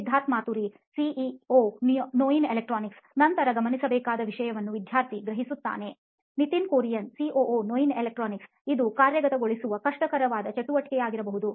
Siddharth Maturi CEO Noyin electronics ನಂತರ ಗಮನಿಸಬೇಕಾದ ವಿಷಯವನ್ನು ವಿದ್ಯಾರ್ಥಿ ಗ್ರಹಿಸುತ್ತಾನೆ ನಿತಿನ್ ಕುರಿಯನ್ ಸಿಒಒ ನೋಯಿನ್ ಎಲೆಕ್ಟ್ರಾನಿಕ್ಸ್ಇದು ಕಾರ್ಯಗತಗೊಳಿಸಲು ಕಷ್ಟಕರವಾದ ಚಟುವಟಿಕೆಯಾಗಿರಬಹುದು